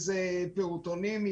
פעוטונים,